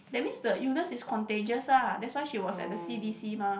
that means the illness is contagious lah that's why she was at the C_D_C mah